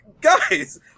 guys